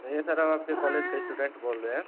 नहीं सर हम आपके कॉलेज के स्टूडेंट बोल रहे हैं